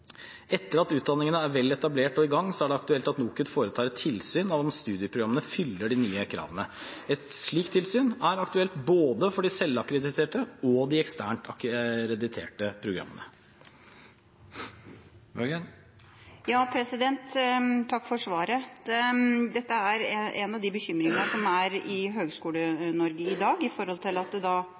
Etter at utdanningene er vel etablert og i gang, er det aktuelt at NOKUT foretar et tilsyn med at studieprogrammene fyller de nye kravene. Et slikt tilsyn er aktuelt både for de selvakkrediterte og for de eksternt akkrediterte programmene. Takk for svaret. Dette er en av de bekymringene som er i Høyskole-Norge i dag,